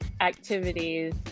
activities